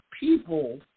people